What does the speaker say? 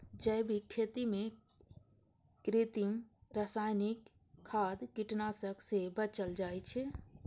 जैविक खेती मे कृत्रिम, रासायनिक खाद, कीटनाशक सं बचल जाइ छै